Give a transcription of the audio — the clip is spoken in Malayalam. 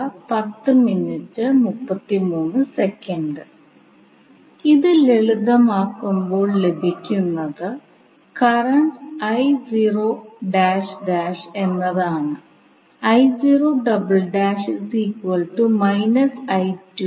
കൂടാതെ എസി സർക്യൂട്ടുകളുടെ കാര്യത്തിൽ നോഡൽ മെഷ് വിശകലനം ഉപയോഗിക്കാം